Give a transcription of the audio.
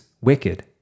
wicked